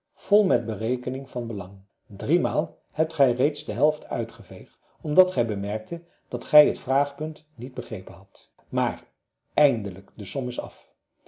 vol met een berekening van belang driemaal hebt gij reeds de helft uitgeveegd omdat gij bemerkte dat gij het vraagpunt niet begrepen hadt maar eindelijk de som is af